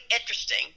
interesting